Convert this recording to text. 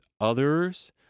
others